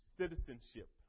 citizenship